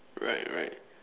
right right